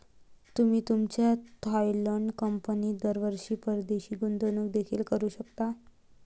तुम्ही तुमच्या थायलंड कंपनीत दरवर्षी परदेशी गुंतवणूक देखील करू शकता